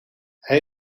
hij